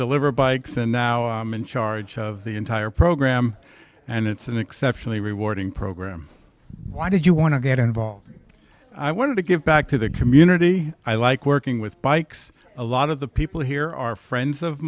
deliver bikes and now i'm in charge of the entire program and it's an exceptionally rewarding program why did you want to get involved i wanted to give back to the community i like working with bikes a lot of the people here are friends of